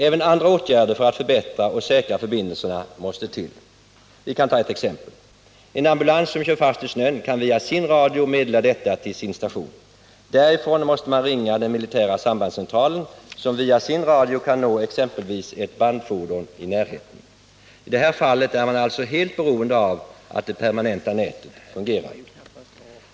Även andra åtgärder för att förbättra och säkra förbindelserna måste till. Vi kan ta ett exempel: En ambulans som kört fast i snön kan via sin radio meddela detta till sin station. Därifrån måste man ringa den militära sambandscentralen, som via sin radio kan nå exempelvis ett bandfordon i närheten. I det här fallet är man alltså helt beroende av att det permanenta nätet fungerar.